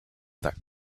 that